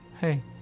hey